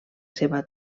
seva